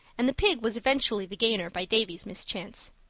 and the pig was eventually the gainer by davy's mischance.